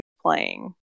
playing